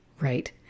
right